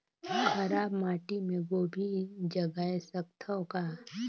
खराब माटी मे गोभी जगाय सकथव का?